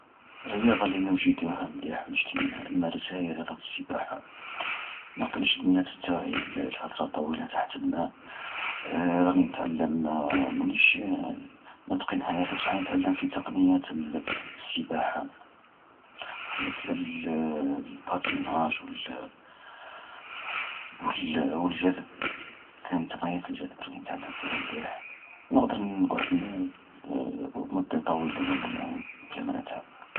﻿الرياضة اللي نجيدها مليح ونشتي ن-نمارسها هي رياضة السباحة. نقدر نشد النفس نتاعي ل-لفترات طويلة تحت الماء، راني نتعلم مانيش نتقنها ياسر بالصح راني نتعلم في تقنيات السباحة، مثل الباتيناج و والجذب، ثاني تقنيات الجذب راني نتعلم فيها مليح. نقدر نقعد مدة طويلة وانا نعوم بلا ما نتعب.